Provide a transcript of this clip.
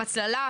הצללה,